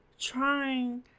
trying